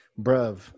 Bruv